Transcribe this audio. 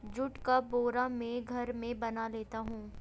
जुट का बोरा मैं घर में बना लेता हूं